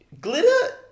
glitter